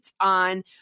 on